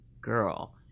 girl